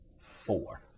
four